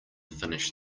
finish